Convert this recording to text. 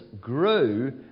grew